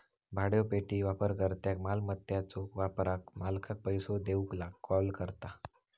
भाड्योपट्टी वापरकर्त्याक मालमत्याच्यो वापराक मालकाक पैसो देऊक कॉल करता